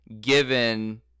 given